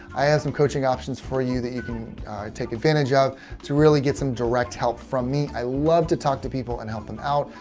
i have some coaching options for you that you can take advantage of to really get some direct help from me. i love to talk to people and help them out.